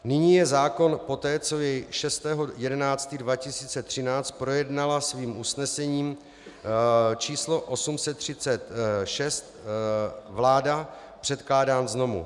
Nyní je zákon poté, co jej 6. 11. 2013 projednala svým usnesením č. 836 vláda, předkládán znovu.